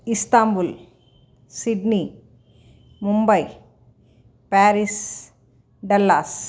Istanbul Sydney Mumbai Paris Dallas